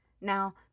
Now